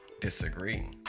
disagree